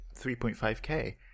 3.5k